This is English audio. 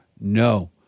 No